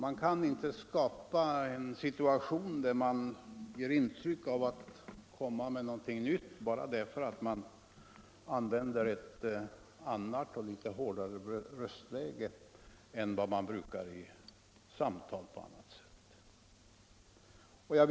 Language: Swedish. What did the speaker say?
Man kan inte skapa en situation där man ger intryck av att komma med någonting nytt bara därför att man använder ett annat och litet hårdare röstläge än man brukar i andra sammanhang.